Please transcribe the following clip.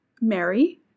Mary